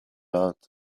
out